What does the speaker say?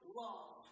love